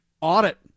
audit